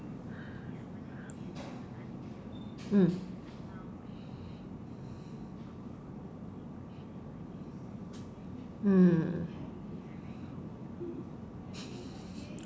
mm mm